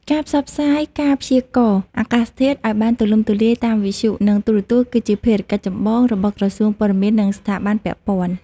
ការផ្សព្វផ្សាយការព្យាករណ៍អាកាសធាតុឱ្យបានទូលំទូលាយតាមវិទ្យុ និងទូរទស្សន៍គឺជាភារកិច្ចចម្បងរបស់ក្រសួងព័ត៌មាន និងស្ថាប័នពាក់ព័ន្ធ។